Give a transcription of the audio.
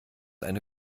eine